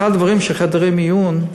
אחד הדברים שעשינו בחדרי מיון,